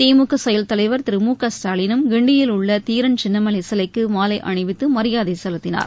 திமுக செயல் தலைவர் திரு மு க ஸ்டாலினும் கிண்டியில் உள்ள தீரன் சின்னமலை சிலைக்கு மாலை அணிவித்து மரியாதை செலுத்தினார்